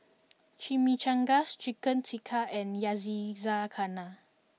Chimichangas Chicken Tikka and Yakizakana